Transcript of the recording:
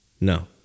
No